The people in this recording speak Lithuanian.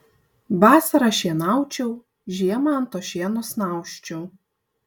vasarą šienaučiau žiemą ant to šieno snausčiau